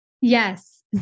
Yes